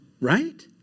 right